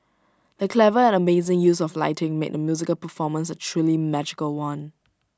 the clever and amazing use of lighting made the musical performance A truly magical one